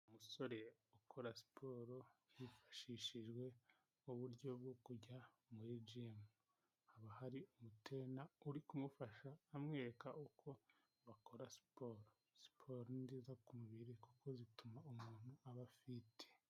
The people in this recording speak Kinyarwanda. Umusore ukora siporo hifashishijwe uburyo bwo kujya muri jimu. Haba hari umutereyina uri kumufasha amwereka uko bakora siporo. Siporo ni nziza ku mubiri kuko zituma umuntu aba afite ubuzima bwiza.